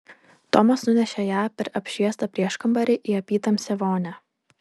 tomas nunešė ją per apšviestą prieškambarį į apytamsę vonią